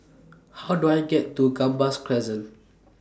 How Do I get to Gambas Crescent